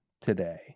today